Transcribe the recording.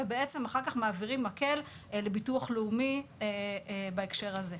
ואחר כך מעבירים מקל לביטוח הלאומי בהקשר הזה.